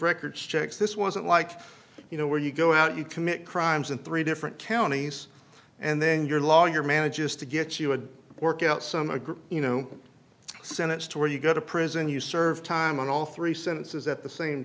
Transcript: records checks this wasn't like you know where you go out you commit crimes in three different counties and then your lawyer manages to get you would work out some a group you know senate store you go to prison you serve time on all three sentences at the same